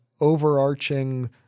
overarching